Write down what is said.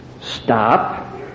stop